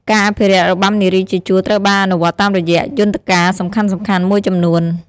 ការអភិរក្សរបាំនារីជាជួរត្រូវបានអនុវត្តតាមរយៈយន្តការសំខាន់ៗមួយចំនួន។